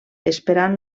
esperant